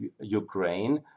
Ukraine